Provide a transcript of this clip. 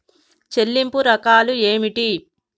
చెల్లింపు రకాలు ఏమిటి?